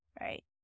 right